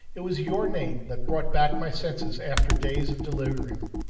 it was your name that brought back my senses after days of delirium.